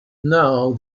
now